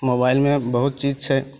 मोबाइलमे बहुत चीज छै